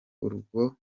urwo